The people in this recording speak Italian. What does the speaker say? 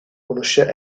conosce